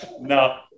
No